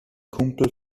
kumpel